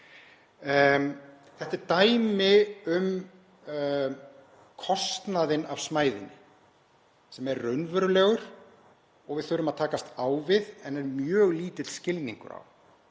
Þetta er dæmi um kostnaðinn af smæðinni sem er raunverulegur og við þurfum að takast á við en er mjög lítill skilningur á.